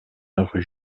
rue